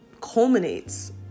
culminates